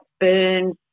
burns